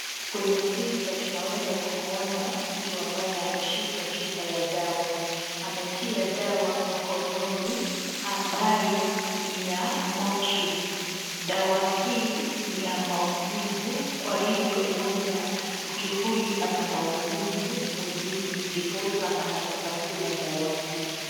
Kwenye picha tunaweza kumuona mtu ambaye ameshika chupa ya dawa. Ametia dawa mkononi ambayo ni ya Motrin. Dawa hii ni ya maumivu, kwa hivyo huenda mtu huyu ana maumivu mwilini ndiposa anataka kula dawa hii.